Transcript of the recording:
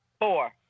Four